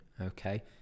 okay